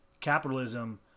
capitalism